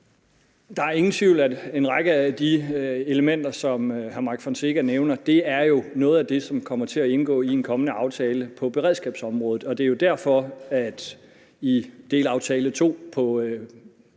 Der er ingen tvivl om, at en række af de elementer, som hr. Mike Villa Fonseca nævner, jo er noget af det, som kommer til at indgå i en kommende aftale på beredskabsområdet. Det er jo derfor, at det er nævnt eksplicit